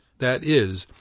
that is,